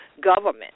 government